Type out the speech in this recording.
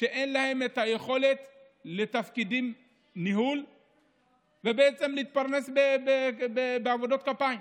שאין להן את היכולת לתפקידי ניהול ומתפרנסות מעבודות כפיים.